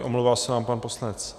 Omlouvá se nám pan poslanec...